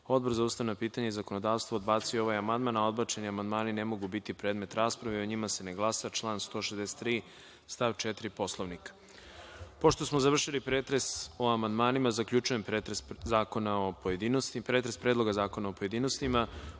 Odbor za ustavna pitanja i zakonodavstvo odbacio je ovaj amandman, a odbačeni amandmani ne mogu biti predmet rasprave i o njima se ne glasa, član 163. stav 4. Poslovnika. Pošto smo završili pretres o amandmanima, zaključujem pretres Predloga zakona u pojedinostima. Pošto